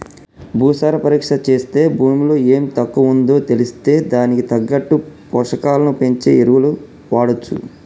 భూసార పరీక్ష చేస్తే భూమిలో ఎం తక్కువుందో తెలిస్తే దానికి తగ్గట్టు పోషకాలను పెంచే ఎరువులు వాడొచ్చు